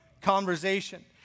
conversation